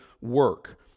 work